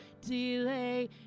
delay